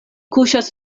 kuŝas